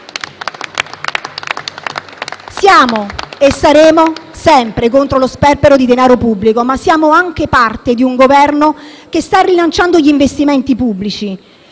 Siamo e saremo sempre contro lo sperpero di denaro pubblico, ma siamo anche parte di un Governo che sta rilanciando gli investimenti pubblici,